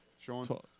Sean